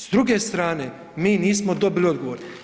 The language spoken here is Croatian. S druge strane, mi nismo dobili odgovor.